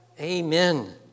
Amen